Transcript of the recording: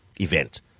event